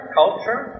culture